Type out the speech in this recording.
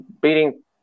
beating